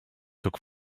took